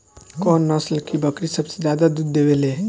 कौन नस्ल की बकरी सबसे ज्यादा दूध देवेले?